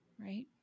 right